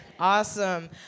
Awesome